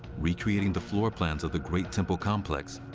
recreating the floor plans of the great temple complex,